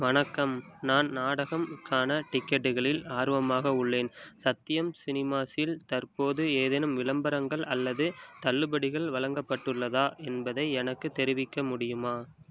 வணக்கம் நான் நாடகம் க்கான டிக்கெட்டுகளில் ஆர்வமாக உள்ளேன் சத்யம் சினிமாஸில் தற்போது ஏதேனும் விளம்பரங்கள் அல்லது தள்ளுபடிகள் வழங்கப்பட்டுள்ளதா என்பதை எனக்குத் தெரிவிக்க முடியுமா